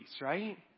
right